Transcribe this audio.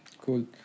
cool